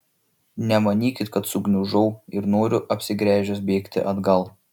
nemanykit kad sugniužau ir noriu apsigręžęs bėgti atgal